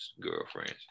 girlfriends